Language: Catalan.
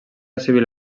civil